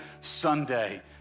Sunday